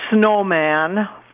snowman